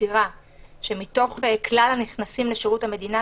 שמגדירה שמתוך כלל הנכנסים לשירות המדינה,